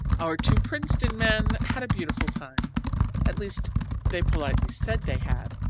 our two princeton men had a beautiful time at least they politely said they had,